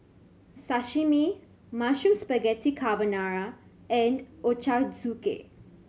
Sashimi Mushroom Spaghetti Carbonara and Ochazuke